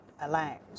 allows